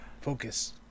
focus